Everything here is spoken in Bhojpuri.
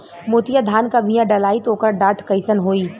मोतिया धान क बिया डलाईत ओकर डाठ कइसन होइ?